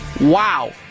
Wow